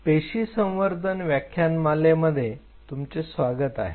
पेशी संवर्धनाच्या व्याख्यानमालेमधे तुमचे स्वागत आहे